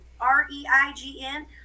r-e-i-g-n